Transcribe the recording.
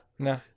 No